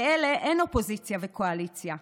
לאלה אין אופוזיציה וקואליציה.